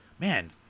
man